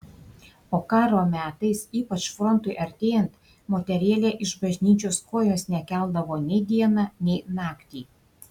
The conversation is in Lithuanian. o karo metais ypač frontui artėjant moterėlė iš bažnyčios kojos nekeldavo nei dieną nei naktį